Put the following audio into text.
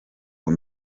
ngo